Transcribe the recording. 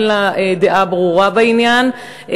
אין לה דעה ברורה בעניין.